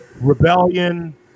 Rebellion